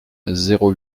zéro